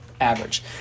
average